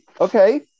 okay